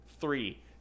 Three